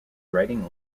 writing